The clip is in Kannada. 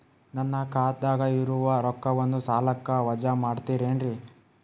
ನನ್ನ ಖಾತಗ ಇರುವ ರೊಕ್ಕವನ್ನು ಸಾಲಕ್ಕ ವಜಾ ಮಾಡ್ತಿರೆನ್ರಿ?